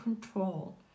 control